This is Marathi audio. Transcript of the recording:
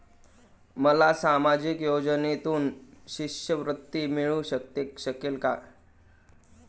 मला सामाजिक योजनेतून शिष्यवृत्ती मिळू शकेल का?